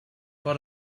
for